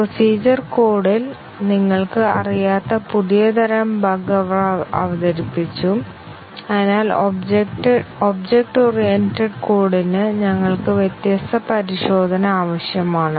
procedure കോഡിൽ നിങ്ങൾക്ക് അറിയാത്ത പുതിയ തരം ബഗ് അവർ അവതരിപ്പിച്ചു അതിനാൽ ഒബ്ജക്റ്റ് ഓറിയന്റഡ് കോഡിന് ഞങ്ങൾക്ക് വ്യത്യസ്ത പരിശോധന ആവശ്യമാണ്